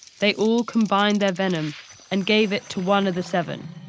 they all combined their venom and gave it to one of the seven,